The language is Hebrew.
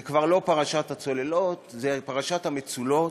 זו כבר לא פרשת הצוללות, זו פרשת המצולות.